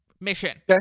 mission